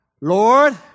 Lord